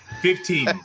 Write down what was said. Fifteen